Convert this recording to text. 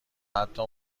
حتی